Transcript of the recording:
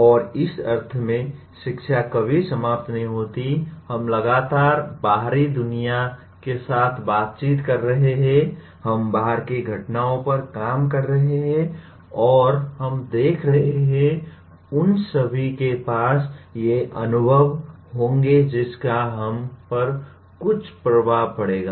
और इस अर्थ में शिक्षा कभी समाप्त नहीं होती है हम लगातार बाहरी दुनिया के साथ बातचीत कर रहे हैं हम बाहर की घटनाओं पर काम कर रहे हैं और हम देख रहे हैं और उन सभी के पास ये अनुभव होंगे जिसका हम पर कुछ प्रभाव पड़ेगा